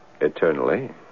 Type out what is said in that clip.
Eternally